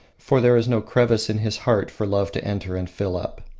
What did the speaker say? for their is no crevice in his heart for love to enter and fill up.